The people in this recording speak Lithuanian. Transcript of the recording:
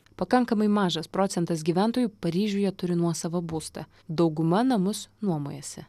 pakankamai mažas procentas gyventojų paryžiuje turi nuosavą būstą dauguma namus nuomojasi